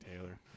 Taylor